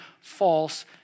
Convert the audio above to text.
false